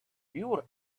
pure